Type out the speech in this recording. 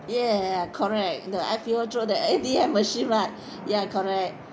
yeah correct the I_P_O through the A_T_M machine [what] ya correct